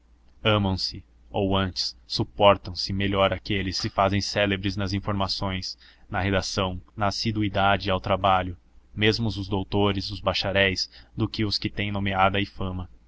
amam se ou antes suportam se melhor aqueles que se fazem célebres nas informações na redação na assiduidade ao trabalho mesmo os doutores os bacharéis do que os que têm nomeada e fama